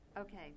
Okay